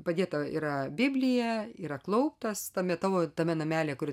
padėta yra biblija yra klauptas tame tavo tame namelyje kur